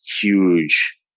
huge